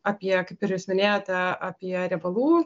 apie kaip ir jūs minėjote apie riebalų